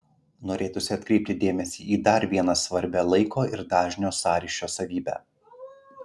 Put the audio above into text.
norėtųsi atkreipti dėmesį į dar vieną svarbią laiko ir dažnio sąryšio savybę